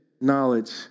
knowledge